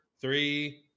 three